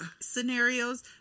Scenarios